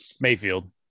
Mayfield